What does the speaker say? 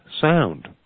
sound